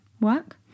work